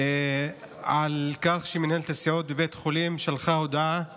על כך שמנהלת הסיעוד בבית החולים שלחה להם הודעה לא